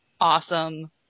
awesome